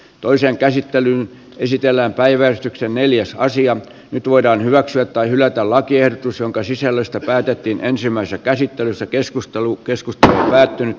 toisen käsittely esitellään päiväystyksen neljässä nyt voidaan hyväksyä tai hylätä lakiehdotus jonka sisällöstä päätettiin ensimmäisessä käsittelyssä keskustelu keskusta on välttynyt